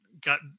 got